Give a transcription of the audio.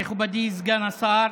מכובדי סגן השר,